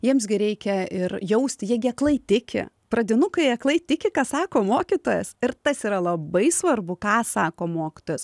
jiems gi reikia ir jausti jie gi aklai tiki pradinukai aklai tiki ką sako mokytojas ir tas yra labai svarbu ką sako mokytojas